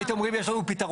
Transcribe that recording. הייתם אומרים יש לנו פתרון.